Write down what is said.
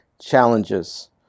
challenges